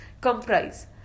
comprise